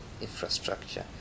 infrastructure